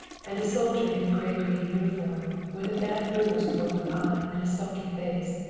and a soldier in a gray-green uniform, with a bad bruise over one eye and a sulky face.